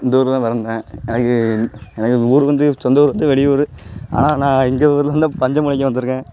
இந்த ஊரில் தான் வளர்ந்தேன் எனக்கு எனக்கு இந்த ஊர் வந்து சொந்த ஊர் வந்து வெளியூர் ஆனால் நான் இந்த ஊரில் தான் பஞ்சம் பொழைக்க வந்திருக்கேன்